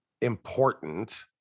important